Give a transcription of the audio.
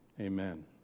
amen